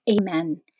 Amen